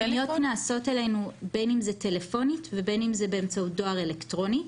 הפניות נעשות אלינו בין אם זה טלפונית ובין אם באמצעות דואר אלקטרוני.